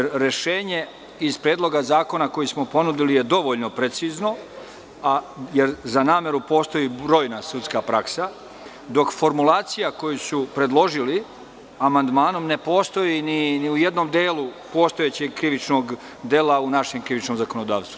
Rešenje iz Predloga zakona koje smo ponudili je dovoljno precizno, a za nameru postoji brojna srpska praksa, dok formulacija koju su predložili amandmanom ne postoji ni u jednom delu postojećeg krivičnog dela u našem krivičnom zakonodavstvu.